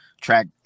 track